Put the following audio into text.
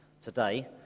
today